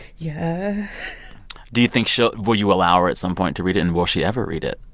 yeah do you think she'll will you allow her at some point to read it? and will she ever read it?